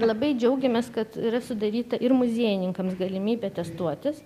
labai džiaugiamės kad yra sudaryta ir muziejininkams galimybė atestuotis